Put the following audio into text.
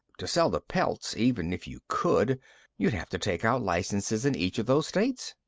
to sell the pelts even if you could you'd have to take out licenses in each of those states.